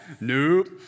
Nope